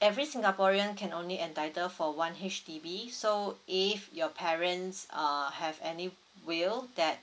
every singaporean can only entitle for one H_D_B so if your parents err have any will that